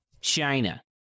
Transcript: China